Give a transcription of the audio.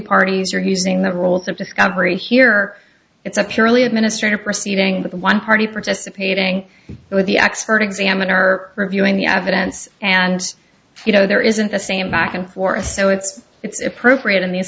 parties are using the role of discovery here it's a purely administrative proceeding with one party participating with the expert examiner reviewing the evidence and you know there isn't the same back and forth so it's it's appropriate in these